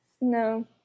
No